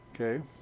Okay